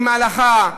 עם ההלכה,